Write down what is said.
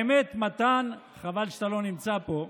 האמת, מתן, חבל שאתה לא נמצא פה,